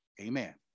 Amen